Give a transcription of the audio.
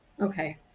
Okay